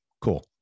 Cool